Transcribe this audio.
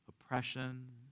oppression